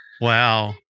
Wow